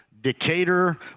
Decatur